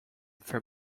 for